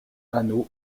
hanau